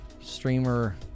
streamer